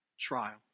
trial